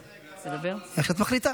איך שאת מחליטה.